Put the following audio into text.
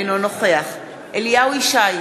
אינו נוכח אליהו ישי,